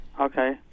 Okay